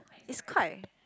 it's quite